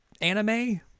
anime